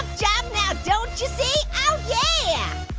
job now don't cha see, oh yeah